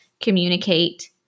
communicate